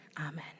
Amen